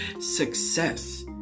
success